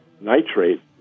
nitrate